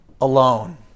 alone